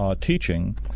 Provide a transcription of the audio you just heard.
teaching